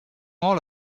all